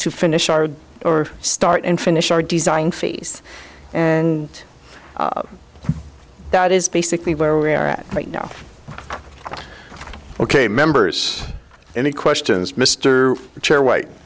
to finish our or start and finish our design phase and that is basically where we are at right now ok members any questions mr chair white